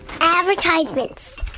Advertisements